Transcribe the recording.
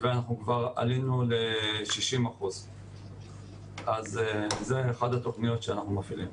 וכבר עלינו כאן ל-60% - זו אחת התוכניות שאנו מפעילים.